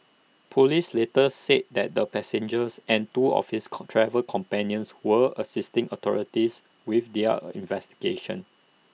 Police later said that the passengers and two of his co travel companions were assisting authorities with their investigations